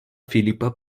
filipa